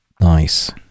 nice